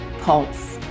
Pulse